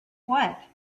what